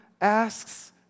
asks